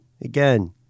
Again